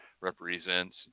represents